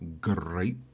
great